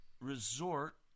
resort